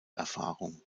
erfahrung